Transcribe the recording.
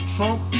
Trump